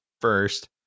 first